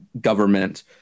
government